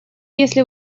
если